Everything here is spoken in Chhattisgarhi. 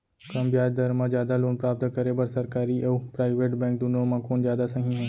कम ब्याज दर मा जादा लोन प्राप्त करे बर, सरकारी अऊ प्राइवेट बैंक दुनो मा कोन जादा सही हे?